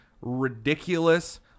ridiculous